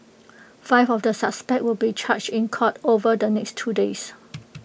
five of the suspects will be charged in court over the next two days